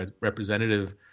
representative